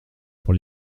pour